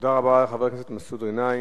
תודה רבה לחבר הכנסת מסעוד גנאים.